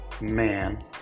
man